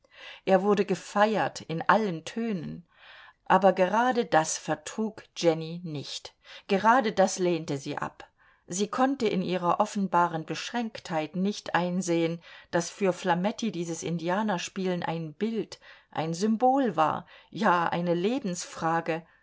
er wurde gefeiert in allen tönen aber gerade das vertrug jenny nicht gerade das lehnte sie ab sie konnte in ihrer offenbaren beschränktheit nicht einsehen daß für flametti dieses indianerspielen ein bild ein symbol war ja eine lebensfrage